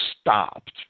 stopped